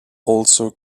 also